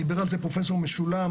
דיבר על זה פרופ' משולם,